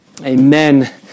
Amen